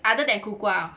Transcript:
other than 苦瓜